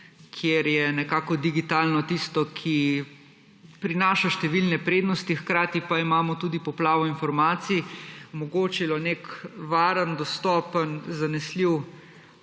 kjer je nekako digitalno tisto, ki prinaša številne prednosti, hkrati pa imamo tudi poplavo informacij, omogočilo nek varen, dostopen, zanesljiv